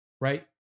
right